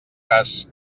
cas